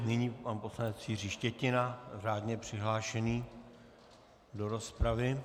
Nyní pan poslanec Jiří Štětina řádně přihlášený do rozpravy.